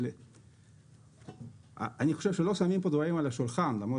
אבל אני חושב שלא שמים פה דברים על השולחן למרות